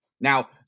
Now